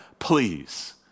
Please